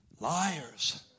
Liars